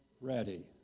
ready